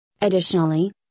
Additionally